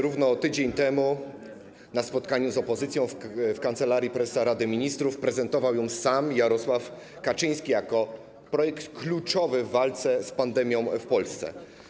Równo tydzień temu na spotkaniu z opozycją w Kancelarii Prezesa Rady Ministrów prezentował go sam Jarosław Kaczyński jako projekt kluczowy w walce z pandemią w Polsce.